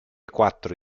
quattro